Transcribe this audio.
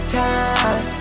time